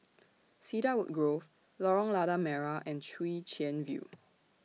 Cedarwood Grove Lorong Lada Merah and Chwee Chian View